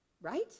right